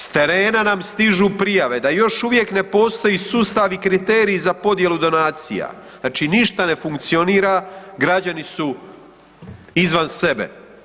S terena nam stižu prijave da još uvijek ne sustav i kriteriji za podjelu donacija, znači ništa ne funkcionira, građani su izvan sebe.